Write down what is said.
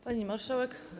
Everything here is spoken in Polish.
Pani Marszałek!